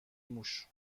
موش